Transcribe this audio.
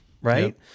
Right